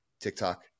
TikTok